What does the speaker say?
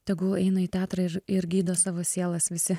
tegul eina į teatrą ir ir gydo savo sielas visi